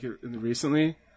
recently